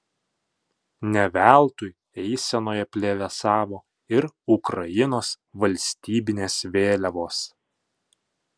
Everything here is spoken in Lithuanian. ne veltui eisenoje plevėsavo ir ukrainos valstybinės vėliavos